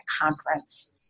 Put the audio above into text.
Conference